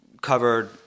covered